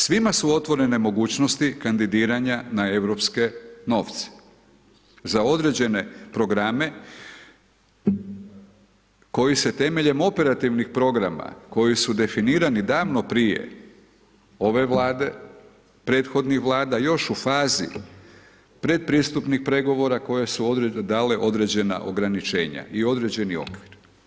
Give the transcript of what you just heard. Svima su otvorene mogućnosti kandidiranja na europske novce, za određene programe koji se temeljem operativnih programa koji su definirani davno prije ove Vlade, prethodnih Vlada još u vazi pretpristupnih pregovora koje su odredbe dale određena ograničenja i određeni okvir.